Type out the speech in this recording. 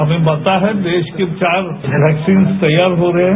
हमें पता है देश के चार वैक्सीन्स तैयार हो रहे हैं